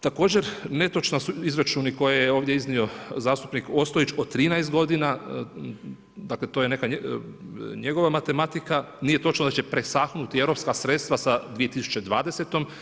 Također netočni su izračuni koji je ovdje iznio zastupnik Ostojić od 13 godina, dakle to je neka njegova matematika, nije točno da će presahnuti europska sredstva sa 2020.